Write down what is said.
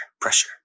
pressure